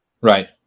Right